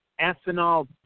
ethanol